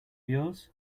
yours